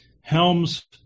Helms